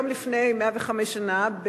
היום לפני 105 שנה,